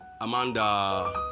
Amanda